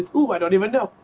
ooh, i don't even know.